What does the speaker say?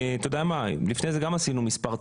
אתה יודע מה, לפני זה גם עשינו מספר צעדים.